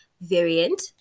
variant